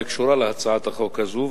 אבל הוא קשור להצעת החוק הזו.